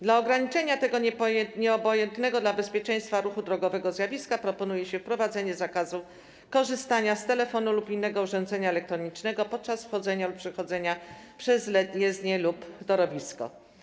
Dla ograniczenia tego nieobojętnego dla bezpieczeństwa ruchu drogowego zjawiska proponuje się wprowadzenie zakazu korzystania z telefonu lub innego urządzenia elektronicznego podczas wchodzenia lub przechodzenia przez jezdnię lub torowisko.